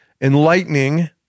enlightening